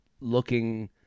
looking